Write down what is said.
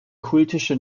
kultische